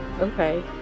okay